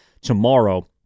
tomorrow